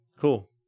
cool